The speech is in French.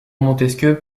montesquieu